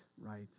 right